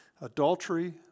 Adultery